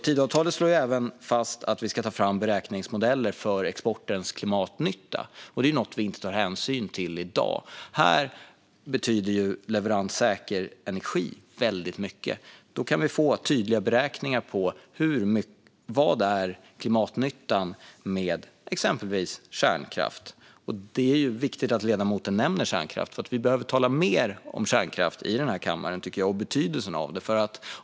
Tidöavtalet slår fast att vi ska ta fram beräkningsmodeller för exportens klimatnytta. Det är något man inte tar hänsyn till i dag, och i det sammanhanget betyder leveranssäker energi väldigt mycket. Vi kan få tydliga beräkningar på klimatnyttan med exempelvis kärnkraft. Det är viktigt att ledamoten nämnde kärnkraft. Vi behöver tala mer i den här kammaren om kärnkraft och dess betydelse.